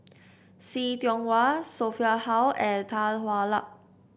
See Tiong Wah Sophia Hull and Tan Hwa Luck